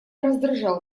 раздражал